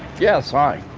yes, hi.